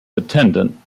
attendant